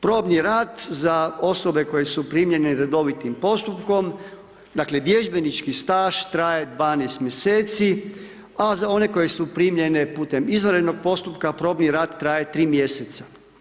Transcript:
Probni rad za osobe koje su primljene redovitim postupkom, dakle vježbenički staž traje 12 mj. a za one koje su primljene putem izvanrednog postupka, probni rad traje tri mjeseca.